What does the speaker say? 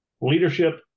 leadership